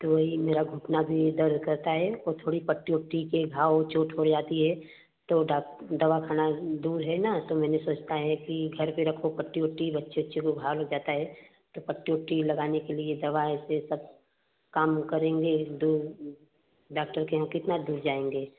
तो वही मेरा घुटना भी दर्द करता है और थोड़ी पट्टी वट्टी के घाव वह चोट हो जाती है तो डाक दवाख़ाना दूर है ना तो मैंने सोचा है कि घर पर रखो पट्टी वट्टी बच्चे वच्चे को घाव लग जाता है तो पट्टी वट्टी लगाने के लिए दवा ऐसे सब काम करेंगे दो डाक्टर के यहाँ कितना दूर जाएँगे